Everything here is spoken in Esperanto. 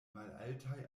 malaltaj